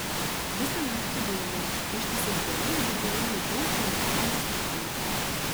visą naktį vėmiau ištisas dienas burnoje jutau chemikalų skonį